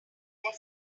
cried